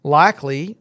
likely